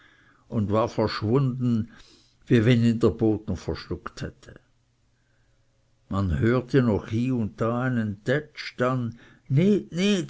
und war verschwunden wie wenn ihn der boden verschluckt hätte man hörte noch hie und da einen tätsch dann